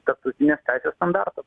tarptautinės teisės standartų